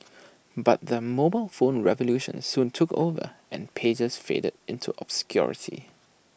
but the mobile phone revolution soon took over and pagers faded into obscurity